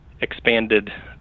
expanded